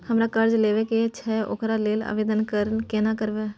हमरा कर्जा लेबा के छै ओकरा लेल आवेदन केना करबै?